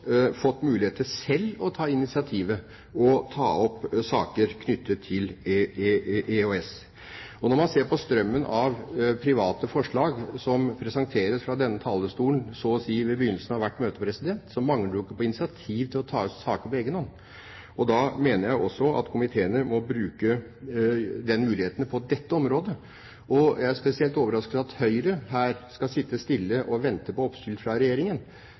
fått mulighet til selv å ta initiativet og ta opp saker knyttet til EØS. Når man ser på strømmen av private forslag som presenteres fra denne talerstolen ved begynnelsen av så å si hvert møte, mangler det jo ikke på initiativ til å ta opp saker på egen hånd. Da mener jeg også at komiteene bør bruke muligheten på dette området. Jeg er spesielt overrasket over at Høyre skal sitte stille og vente på oppspill fra Regjeringen